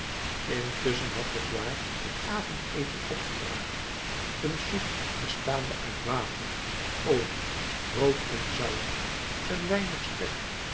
intusschen had magloire het avondeten opgedragen een soep bestaande uit water olie brood en zout een weinig spek